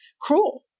cruel